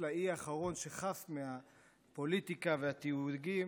אפילו לאי האחרון שחף מהפוליטיקה והתיוגים.